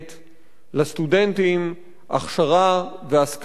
לסטודנטים הכשרה והשכלה ראויה,